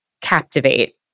Captivate